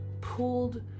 pulled